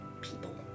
people